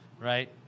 right